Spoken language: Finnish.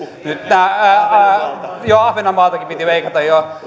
ja ahvenanmaaltakin piti leikata joo